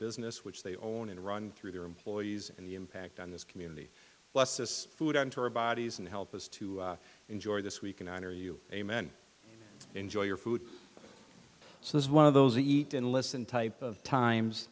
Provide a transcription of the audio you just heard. business which they own and run through their employees and the impact on this community plus this food onto our bodies and help us to enjoy this we can honor you amen enjoy your food so this is one of those eat and listen type of times